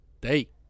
day